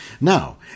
Now